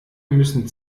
müssen